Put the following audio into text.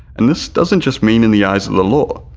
and this doesn't just mean in the eyes of the law,